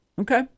Okay